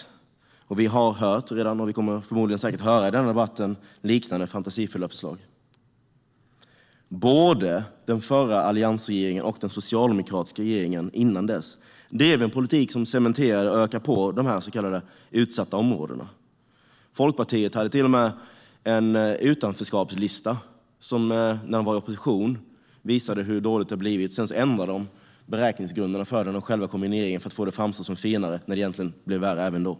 Vi har redan hört om liknande fantasifulla förslag, och det kommer vi förmodligen också att höra om i denna debatt. Både den förra alliansregeringen och den socialdemokratiska regeringen dessförinnan drev en politik som cementerade och ökade problemen i de så kallade utsatta områdena. Folkpartiet hade till och med en utan-förskapslista som, när de var i opposition, visade hur dåligt det hade blivit. Sedan ändrade de beräkningsgrunderna för den när de själva kom in i re-geringen för att få det att framstå som finare när det egentligen blev värre.